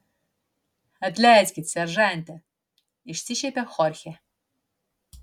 atleiskit seržante išsišiepė chorchė